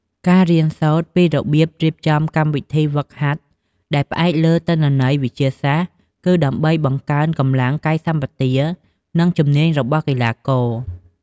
ការរៀនសូត្រពីរបៀបរៀបចំកម្មវិធីហ្វឹកហាត់ដែលផ្អែកលើទិន្នន័យវិទ្យាសាស្ត្រ គឺដើម្បីបង្កើនកម្លាំង កាយសម្បទា និងជំនាញរបស់កីឡាករ។